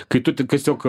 kai tu tik tiesiog